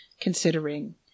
considering